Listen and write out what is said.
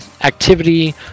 activity